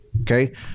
okay